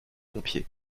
pompier